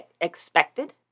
expected